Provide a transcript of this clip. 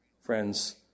Friends